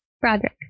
Broderick